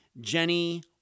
Jenny